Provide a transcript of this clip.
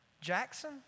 Jackson